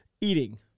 eating